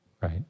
Right